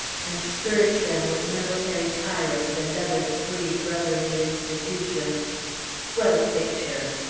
and scourge them with military tyrants and other free, brotherly institutions what a picture!